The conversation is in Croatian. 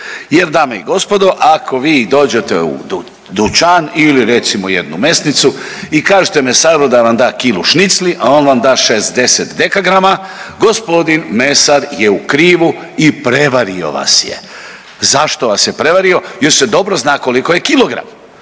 jer dame i gospodo ako vi dođete u dućan ili recimo jednu mesnicu i kažete mesaru da vam da kilu šnicli, a on vam da 60 dkg gospodin mesar je u krivu i prevario vas je. Zašto vas je prevario? Jer se dobro zna koliko je kilogram.